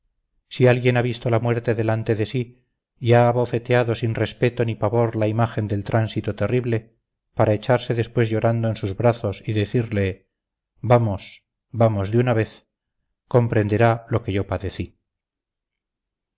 si alguien ha visto la muerte delante de sí y ha abofeteado sin respeto ni pavor la imagen del tránsito terrible para echarse después llorando en sus brazos y decirle vamos vamos de una vez comprenderá lo que yo padecí